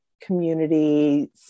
community